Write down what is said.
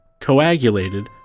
coagulated